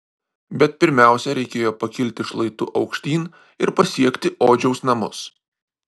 bet pirmiausia reikėjo pakilti šlaitu aukštyn ir pasiekti odžiaus namus